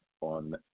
on